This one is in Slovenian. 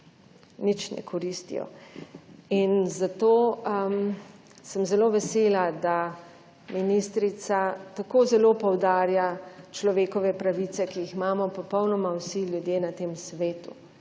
Nič ne koristijo. In zato sem zelo vesela, da ministrica tako zelo poudarja človekove pravice, ki jih imamo popolnoma vsi ljudje na tem svetu